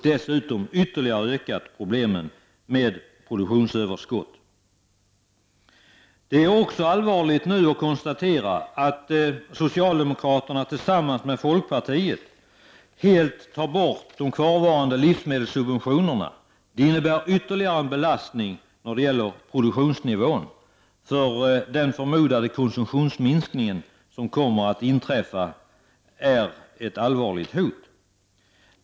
Det har ytterligare ökat problemen med produktionsöverskott. Man kan också konstatera att det är allvarligt att socialdemokraterna nu tillsammans med folkpartiet helt vill ta bort de kvarvarande livsmedelssubventionerna. Det innebär ytterligare en belastning för produktionsnivån. Den konsumtionsminskning som kan förmodas inträffa är ett allvarligt hot.